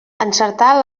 encertar